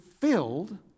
filled